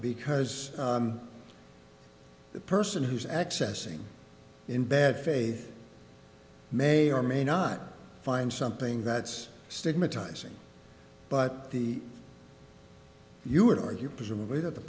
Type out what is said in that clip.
because the person who's accessing in bad faith may or may not find something that's stigmatizing but the you would argue presumably that the